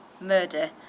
murder